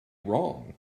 wrong